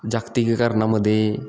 जागतिकीकरणामध्ये